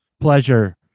pleasure